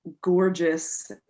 gorgeous